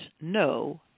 no